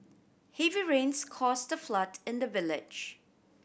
heavy rains caused a flood in the village